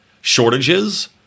shortages